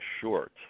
short